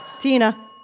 Tina